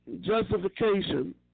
Justification